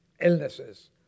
illnesses